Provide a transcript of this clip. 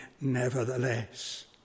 nevertheless